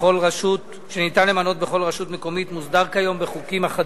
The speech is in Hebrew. בכל רשות מקומית מוסדר כיום בחוקים אחדים.